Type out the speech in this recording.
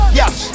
yes